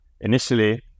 initially